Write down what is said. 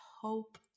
hope